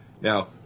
Now